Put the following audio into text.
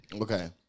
okay